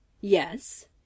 Yes